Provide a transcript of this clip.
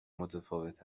متفاوت